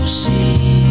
see